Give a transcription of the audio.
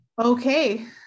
okay